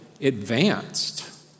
advanced